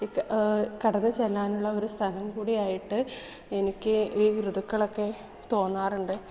ഇപ്പം കടന്നു ചെല്ലാനുള്ള ഒരു സ്ഥലം കൂടിയായിട്ട് എനിക്ക് ഈ ഋതുക്കളൊക്കെ തോന്നാറ്ണ്ട്